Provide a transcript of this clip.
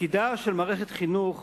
תפקידה של מערכת החינוך,